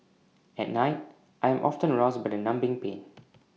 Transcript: at night I am often roused by the numbing pain